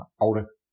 oldest